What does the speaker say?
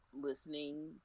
listening